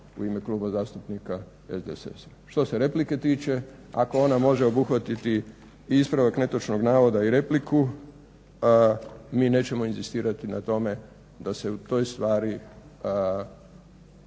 u ime Kluba zastupnika SDSS-a. Što se replike tiče, ako ona može obuhvatiti ispravak netočnog navoda i repliku, mi nećemo inzistirati na tome da se u toj stvari